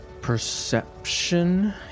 Perception